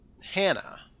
Hannah